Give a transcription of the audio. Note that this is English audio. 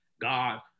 God